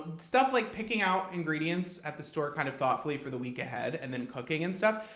stuff like picking out ingredients at the store kind of thoughtfully for the week ahead and then cooking and stuff.